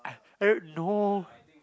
I don't know